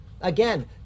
Again